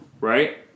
Right